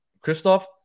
Christoph